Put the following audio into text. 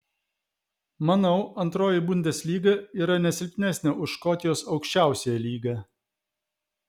manau antroji bundeslyga yra ne silpnesnė už škotijos aukščiausiąją lygą